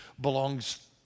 belongs